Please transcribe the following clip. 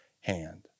hand